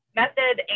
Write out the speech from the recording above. method